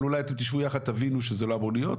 אבל אולי אתם תשבו ביחד ותבינו שזה לא אמור להיות,